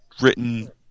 written